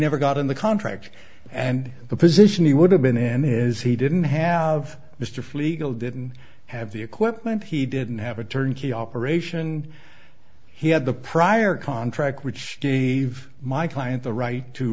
never got in the contract and the position he would have been in is he didn't have mr pfleger didn't have the equipment he didn't have a turnkey operation he had the prior contract which gave my client the right to